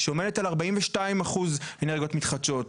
שעומדת על 42% אנרגיות מתחדשות,